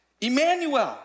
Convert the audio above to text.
Emmanuel